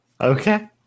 Okay